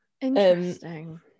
interesting